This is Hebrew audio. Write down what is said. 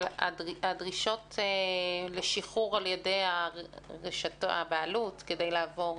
הדרישות לשחרור על ידי הבעלות כדי להעביר